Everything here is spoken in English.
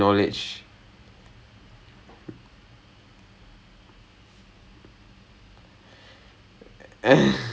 I guess so ya it's just they're just treating it like it's normal then I'm like !aiyo! eh நான் அதை தொட்டு ரொம்ப வர்ஷம் ஆச்சு:naan athai thottu romba varsham achu